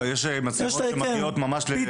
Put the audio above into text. יש מצלמות שמגיעות ממש --- כן.